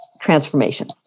transformation